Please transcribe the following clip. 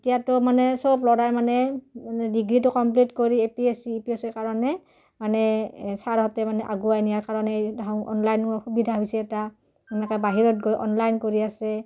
এতিয়াতো মানে চব ল'ৰাই মানে মানে ডিগ্ৰীটো কমপ্লিট কৰি A P S C U P S C ৰ কাৰণে মানে ছাৰহঁতে মানে আগুৱাই নিয়াৰ কাৰণে এই অনলাইনৰ সুবিধা হৈছে এটা এনেকে বাহিৰত গৈ অনলাইন কৰি আছে